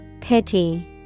Pity